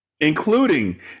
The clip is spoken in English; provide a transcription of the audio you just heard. Including